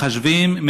מחשבים,